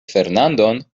fernandon